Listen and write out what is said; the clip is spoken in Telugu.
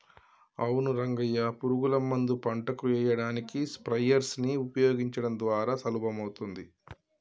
అవును రంగయ్య పురుగుల మందు పంటకు ఎయ్యడానికి స్ప్రయెర్స్ నీ ఉపయోగించడం ద్వారా సులభమవుతాది